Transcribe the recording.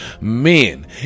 men